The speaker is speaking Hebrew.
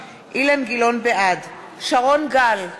בעד שרון גל,